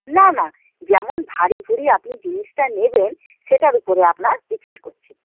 না না যেমন ভারী ভুরি আপনি জিনিসটা নেবেন সেটার উপরে আপনার ডিপেন্ড করছে